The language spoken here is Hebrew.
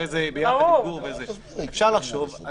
אפשר לחשוב,